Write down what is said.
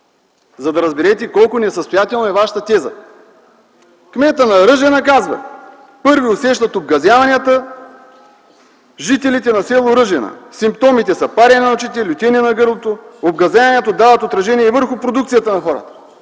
за да разберете колко несъстоятелна е Вашата теза. Кметът на Ръжена казва: „Първи усещат обгазяванията жителите на с. Ръжена. Симптомите са парене на очите, лютене на гърлото. Обгазяванията дават отражение и върху продукцията на хората”.